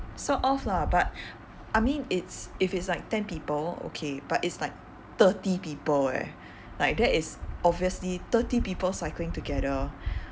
sort of lah but I mean it's if it's like ten people okay but it's like thirty people eh like that is obviously thirty people cycling together